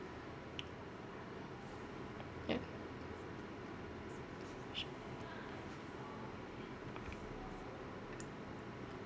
ya